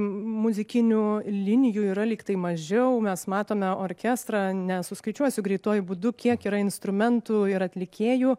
muzikinių linijų yra lygtai mažiau mes matome orkestrą nesuskaičiuosiu greituoju būdu kiek yra instrumentų ir atlikėjų